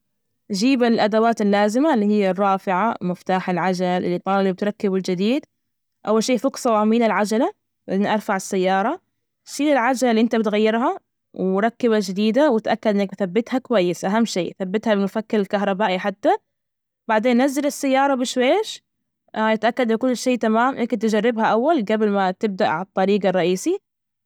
جيب الأدوات اللازمة اللي هي الرافعة، مفتاح العجل، الإطار اللي بتركبه الجديد، أول شي فك صواميل العجلة لأني أرفع السيارة، شيل العجلة اللي إنت بتغيرها وركب الجديدة وتأكد إنك بثبتها كويسة، أهم شي ثبتها بمفك الكهربائي، حتى بعدين نزل السيارة بشويش أتأكد إن كل شيء تمام، يمكن تجربها أول جبل ما تبدأ عالطريج الرئيسي.